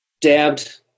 dabbed